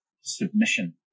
submission